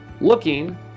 looking